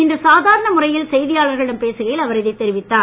இன்று சாதாரண முறையில் செய்தியாளர்களிடம் பேசுகையில் அவர் இதை தெரிவித்தார்